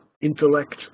intellect